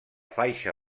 faixa